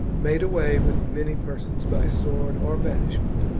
made away with many persons by sword or banishment,